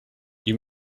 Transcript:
you